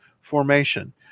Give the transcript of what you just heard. formation